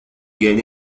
get